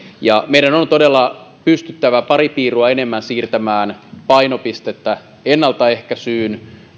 meidän on todella pystyttävä pari piirua enemmän siirtämään painopistettä ennaltaehkäisyyn